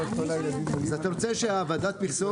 אז אתה רוצה שוועדת המכסות,